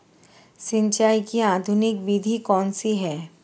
सिंचाई की आधुनिक विधि कौनसी हैं?